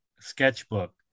sketchbook